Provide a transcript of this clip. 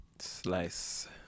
Slice